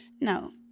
No